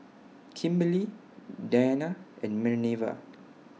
Kimberely Dianna and Minerva